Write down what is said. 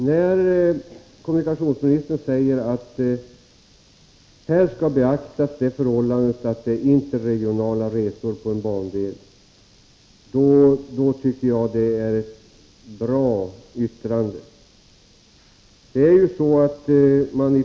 När kommunikationsministern säger att han skall beakta förhållandet att det är fråga om interregionala resor på en bandel, tycker jag att det är ett bra yttrande.